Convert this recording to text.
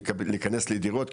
להיכנס לדירות,